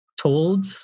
told